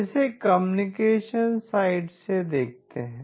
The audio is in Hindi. इसे कम्युनिकेशन साइड से देखते हैं